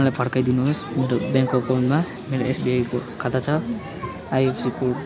मलाई फर्काइदिनुहोस् मेरो ब्याङ्क अकाउन्टमा मेरो एसबिआईको खाता छ आइएफएससी कोड